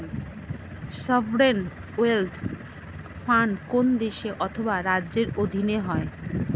sovereign wealth fund কোন দেশ অথবা রাজ্যের অধীনে হয়